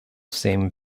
same